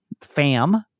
fam